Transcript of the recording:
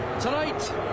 tonight